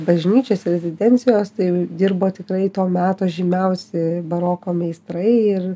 bažnyčios rezidencijos tai dirbo tikrai to meto žymiausi baroko meistrai ir